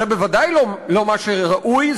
זה בוודאי לא מה שראוי,